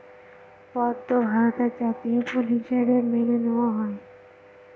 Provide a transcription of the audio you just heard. পদ্ম ভারতের জাতীয় ফুল হিসাবে মেনে নেওয়া হয়েছে